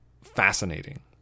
fascinating